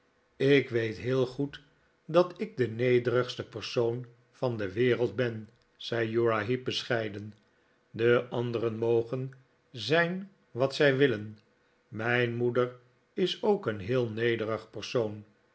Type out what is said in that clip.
ik weet heel goed dat ik de nederigste persoon van de wereld ben zei uriah heep bescheiden de anderen mogen zijn wat zij willen mijn moeder is ook een heel nederig persoon